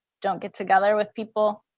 don't get together with people.